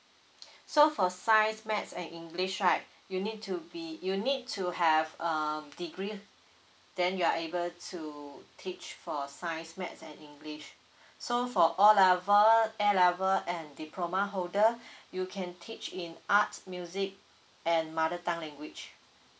so for science math and english right you need to be you need to have um degree then you are able to teach for science math and english so for O level A level and diploma holder you can teach in arts music and mother tongue language